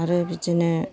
आरो बिदिनो